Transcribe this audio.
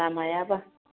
लामायाबा